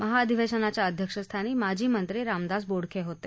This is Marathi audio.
महाअधिवेशनाच्या अध्यक्षस्थानी माजी मंत्री रामदास बोडखे होते